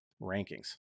rankings